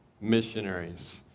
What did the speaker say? missionaries